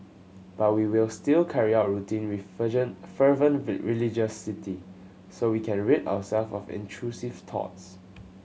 but we will still carry out routing with fervent religiosity so we can rid ourselves of intrusive thoughts